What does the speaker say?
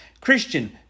Christian